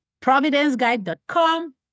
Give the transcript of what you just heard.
ProvidenceGuide.com